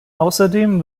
außerdem